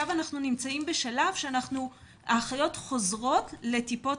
אנחנו נמצאים עכשיו בשלב שבו האחיות חוזרות לטיפות